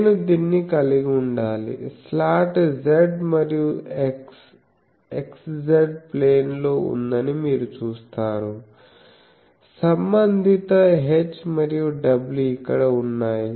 నేను దీన్ని కలిగి ఉండాలి స్లాట్ z మరియు x x z ప్లేన్ లో ఉందని మీరు చూస్తారు సంబంధిత h మరియు w ఇక్కడ ఉన్నాయి